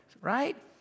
right